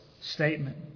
statement